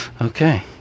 Okay